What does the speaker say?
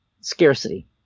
scarcity